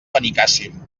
benicàssim